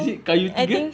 is it kayu tiga